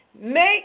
Make